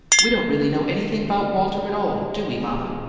we don't really know anything about walter at all, do we, mama?